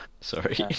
Sorry